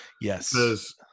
yes